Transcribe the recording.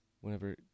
Whenever